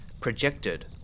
projected